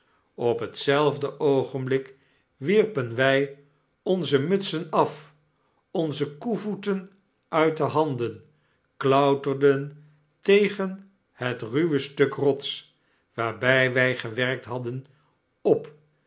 op hetzelfde oogenblik wierpen wy onze mutsen af onze koevoeten uit de handen klauterden tegen het ruw stuk rots waarby wy gewerkt hadden op